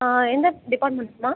எந்த டிப்பார்ட்மெண்ட்ம்மா